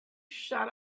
shut